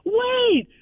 wait